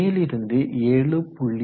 மேலிருந்து 7